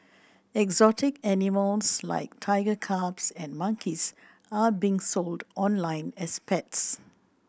exotic animals like tiger cubs and monkeys are being sold online as pets